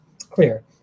clear